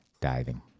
diving